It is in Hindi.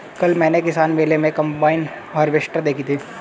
कल मैंने किसान मेले में कम्बाइन हार्वेसटर देखी थी